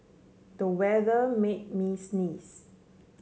the weather made me sneeze